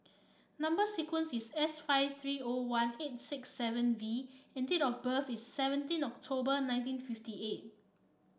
number sequence is S five three O one eight six seven V and date of birth is seventeen October nineteen fifty eight